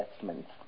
investments